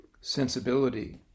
sensibility